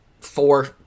four